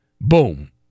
Boom